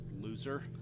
Loser